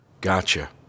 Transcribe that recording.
Gotcha